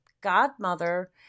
godmother